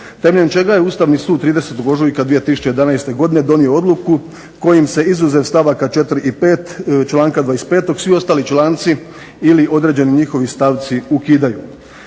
temeljem čega je Ustavni sud 30. ožujka 2011. godine donio odluku kojim se izuzev stavaka 4. i 5. članka 25. svi ostali članci ili određeni njihovi stavci ukidaju.